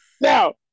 Now